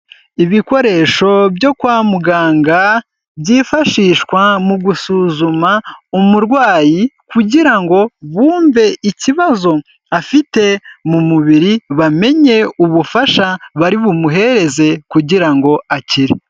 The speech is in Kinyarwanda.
Ibikoresho byo kwa muganga, byifashishwa mu gusuzuma umurwayi, kugira ngo bumve ikibazo afite mu mubiri, bamenye ubufasha bari bumuhereze, kugira ngo akire.